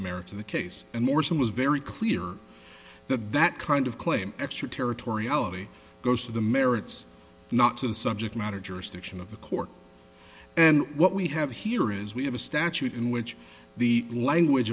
of the case and morrison was very clear that that kind of claim extraterritoriality goes to the merits not to the subject matter jurisdiction of the court and what we have here is we have a statute in which the language